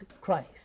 Christ